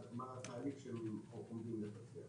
מהן הזכויות שלהם ומה התהליך שהם הולכים לבצע.